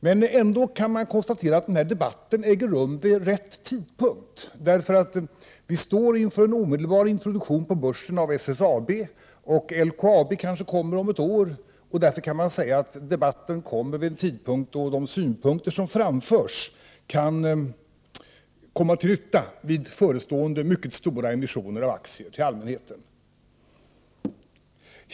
Man kan emellertid ändå konstatera att den här debatten äger rum vid rätt tidpunkt, eftersom man nu står inför en omedelbar introduktion på börsen av SSAB, och eftersom introduktionen av LKAB kanske kommer om ett år. Därför kan man säga att debatten förs vid en tidpunkt då de synpunkter som framförs kan komma till nytta vid förestående mycket stora emissioner av aktier till allmänheten.